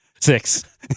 Six